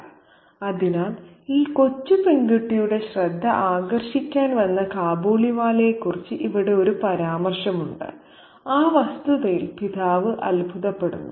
" അതിനാൽ ഈ കൊച്ചു പെൺകുട്ടിയുടെ ശ്രദ്ധ ആകർഷിക്കാൻ വന്ന കാബൂളിവാലയെക്കുറിച്ച് ഇവിടെ ഒരു പരാമർശമുണ്ട് ആ വസ്തുതയിൽ പിതാവ് അത്ഭുതപ്പെടുന്നു